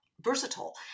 versatile